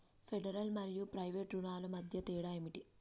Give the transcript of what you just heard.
Federal మరియు private రుణాల మధ్య తేడా ఏమిటి?